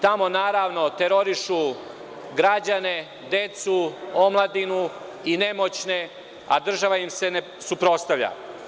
Tamo naravno terorišu građane, decu, omladinu i nemoćne, a država im se ne suprotstavlja.